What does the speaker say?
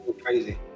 Crazy